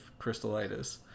crystallitis